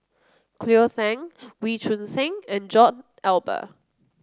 Cleo Thang Wee Choon Seng and John Eber